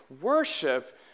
worship